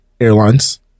airlines